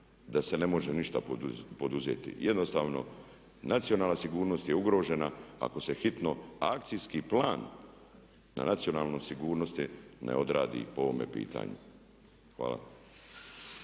da se ne može ništa poduzeti? Jednostavno nacionalna sigurnost je ugrožena ako se hitno akcijski plan na nacionalnu sigurnost ne odradi po ovome pitanju. Hvala.